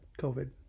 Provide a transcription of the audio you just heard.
COVID